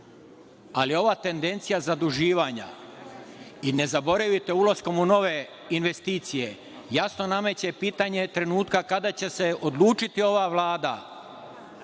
ali ova tendencija zaduživanja i ne zaboravite, ulaskom u nove investicije jasno nameće pitanje trenutka kada će se odlučiti ova Vlada